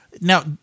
Now